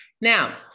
Now